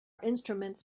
instruments